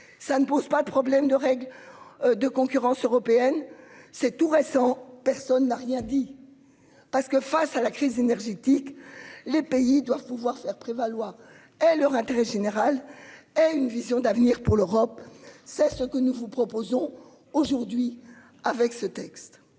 Ça ne pose pas de problème de règles. De concurrence européenne. C'est tout récent. Personne n'a rien dit. Parce que face à la crise énergétique. Les pays doivent pouvoir faire prévaloir est leur intérêt général et une vision d'avenir pour l'Europe, c'est ce que nous vous proposons aujourd'hui avec ce texte.